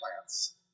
plants